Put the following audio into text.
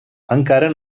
encara